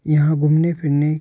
यहाँ घूमने फिरने